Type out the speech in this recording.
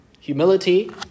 humility